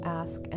ask